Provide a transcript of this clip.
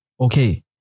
okay